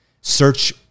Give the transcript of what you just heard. search